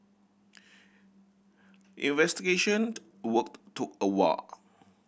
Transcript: investigation worked took a wall